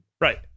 Right